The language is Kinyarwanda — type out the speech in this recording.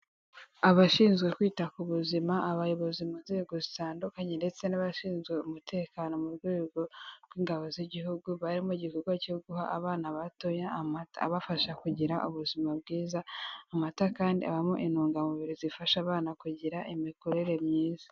Abashinzwe kwita ku buzima, abayobozi mu nzego zitandukanye ndetse n'abashinzwe umutekano mu rwego rw'ingabo z'igihugu, bari mu gikorwa cyo guha abana batoya amata abafasha kugira ubuzima bwiza, amata kandi abamo intungamubiri zifasha abana kugira imikorere myiza.